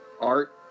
art